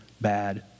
bad